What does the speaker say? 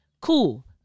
Cool